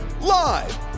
Live